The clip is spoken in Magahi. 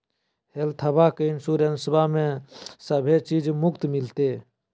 हेल्थबा के इंसोरेंसबा में सभे चीज मुफ्त मिलते?